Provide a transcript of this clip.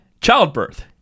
Childbirth